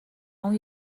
اون